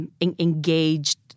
engaged